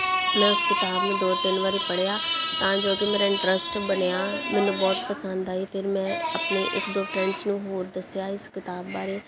ਮੈਂ ਉਸ ਕਿਤਾਬ ਨੂੰ ਦੋ ਤਿੰਨ ਵਾਰੀ ਪੜ੍ਹਿਆ ਤਾਂ ਜੋ ਕਿ ਮੇਰਾ ਇੰਟਰਸਟ ਬਣਿਆ ਮੈਨੂੰ ਬਹੁਤ ਪਸੰਦ ਆਈ ਫਿਰ ਮੈਂ ਆਪਣੇ ਇੱਕ ਦੋ ਫਰੈਂਡਸ ਨੂੰ ਹੋਰ ਦੱਸਿਆ ਇਸ ਕਿਤਾਬ ਬਾਰੇ